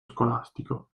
scolastico